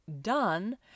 done